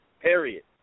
Period